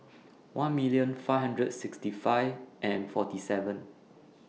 one million five hundred sixty five and forty seven